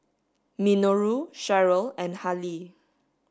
Minoru Cherryl and Hali